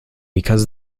because